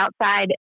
outside